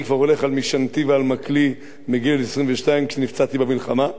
אני כבר הולך על משענתי ועל מקלי מגיל 22 כי נפצעתי במלחמה,